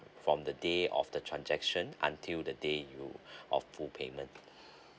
from the day of the transaction until the day you of full payment